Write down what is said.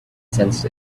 sensed